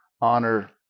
honor